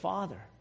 Father